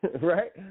right